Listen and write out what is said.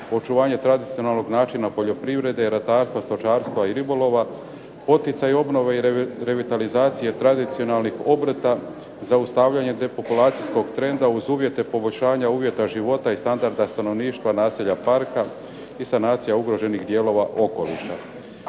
očuvanje tradicionalnog načina poljoprivrede, ratarstva, stočarstva i ribolova, poticaj, obnova i revitalizacije tradicionalnih obrta, zaustavljanje depopulacijskog trenda uz uvjete poboljšanja uvjeta života i standarda stanovništva naselja parka i sanacija ugroženih dijelova okoliša.